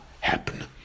happen